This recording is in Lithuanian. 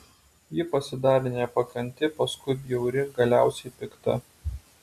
ji pasidarė nepakanti paskui bjauri galiausiai pikta